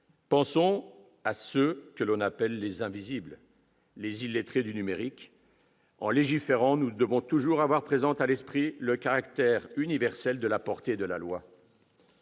Pensons à ceux que l'on appelle les « invisibles », les « illettrés » du numérique. En légiférant, nous devons toujours avoir présent à l'esprit le caractère universel de la portée de la loi.